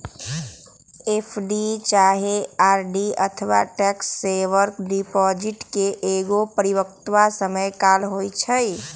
FD चाहे RD अथवा tax saver deposit के एगो परिपक्वता समय काल होइ छइ